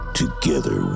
together